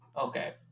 Okay